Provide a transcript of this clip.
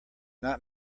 not